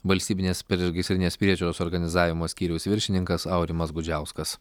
valstybinės priešgaisrinės priežiūros organizavimo skyriaus viršininkas aurimas gudžiauskas